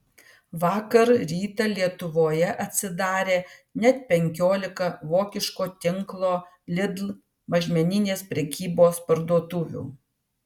vakar rytą lietuvoje atsidarė net penkiolika vokiško tinklo lidl mažmeninės prekybos parduotuvių